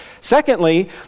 Secondly